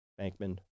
Bankman